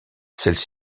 celles